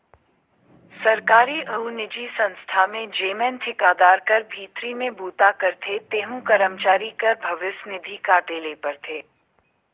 सरकारी अउ निजी संस्था में जेमन ठिकादार कर भीतरी में बूता करथे तेहू करमचारी कर भविस निधि काटे ले परथे